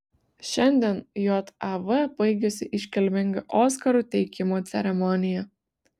šiandien jav baigėsi iškilminga oskarų teikimo ceremonija